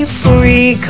free